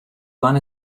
wanna